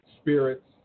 spirits